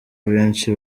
benshi